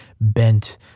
bent